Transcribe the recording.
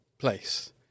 Place